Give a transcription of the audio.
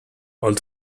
old